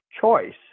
choice